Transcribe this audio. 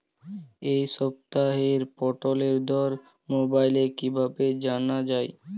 এই সপ্তাহের পটলের দর মোবাইলে কিভাবে জানা যায়?